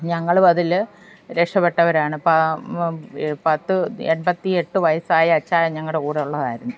ഞങ്ങളും അതിൽ രക്ഷപ്പെട്ടവരാണ് അപ്പം പത്ത് എൺപത്തിഎട്ട് വയസ്സായ അച്ചായൻ ഞങ്ങളുടെ കൂടെ ഉള്ളതായിരുന്നു